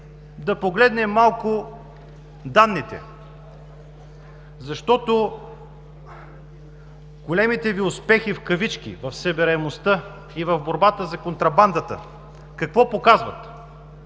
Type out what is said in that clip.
да погледнем малко данните, защото големите Ви „успехи“ в събираемостта и в борбата за контрабандата, какво показват?